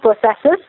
processes